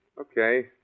Okay